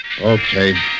Okay